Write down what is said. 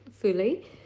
fully